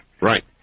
Right